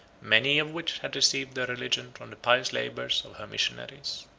many of which had received their religion from the pious labors of her missionaries.